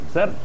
Sir